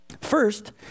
First